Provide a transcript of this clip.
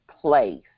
place